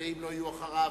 ואם לא יהיו אחריו